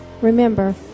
Remember